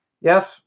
Yes